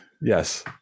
Yes